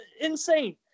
insane